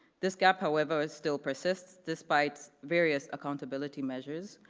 this gap, however, still persists despite various accountability measures,